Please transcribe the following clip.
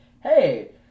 Hey